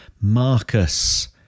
Marcus